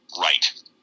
right